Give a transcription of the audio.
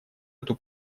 эту